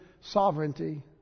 sovereignty